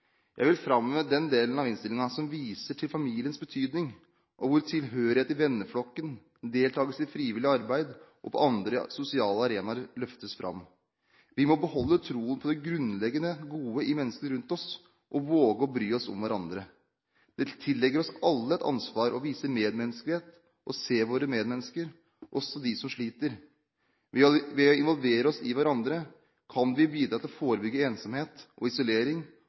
Jeg vil framheve den delen av innstillingen som viser til familiens betydning, og hvor tilhørighet i venneflokken, deltakelse i frivillig arbeid og på andre sosiale arenaer løftes fram. Vi må beholde troen på det grunnleggende gode i menneskene rundt oss og våge å bry oss om hverandre. Det tilligger oss alle et ansvar å vise medmenneskelighet og å se våre medmennesker, også dem som sliter. Ved å involvere oss i hverandre kan vi bidra til å forebygge ensomhet og isolering